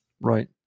Right